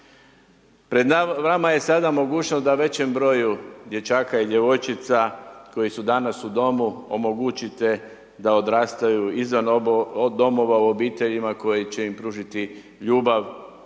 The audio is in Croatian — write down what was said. Pred vama je sada mogućnost da većem broju dječaka i djevojčica koji su danas u domu omogućite da odrastaju izvan domova, u obiteljima koji će im pružiti ljubav